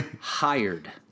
hired